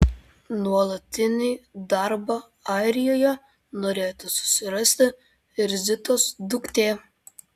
nuolatinį darbą airijoje norėtų susirasti ir zitos duktė